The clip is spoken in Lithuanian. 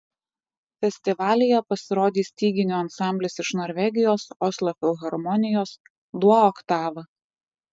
festivalyje pasirodys styginių ansamblis iš norvegijos oslo filharmonijos duo oktava